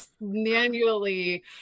manually